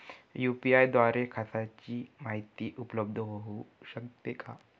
UPI द्वारे खात्याची माहिती उपलब्ध होऊ शकते का?